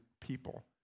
people